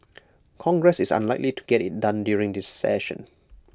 congress is unlikely to get IT done during this session